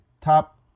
Top